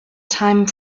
time